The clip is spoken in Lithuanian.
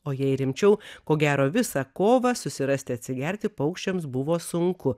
o jei rimčiau ko gero visą kovą susirasti atsigerti paukščiams buvo sunku